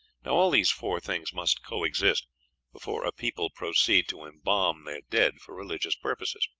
now all these four things must coexist before a people proceed to embalm their dead for religious purposes.